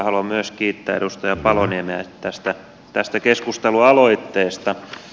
haluan myös kiittää edustaja paloniemeä tästä keskustelualoitteesta